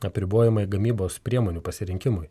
apribojimai gamybos priemonių pasirinkimui